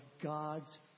God's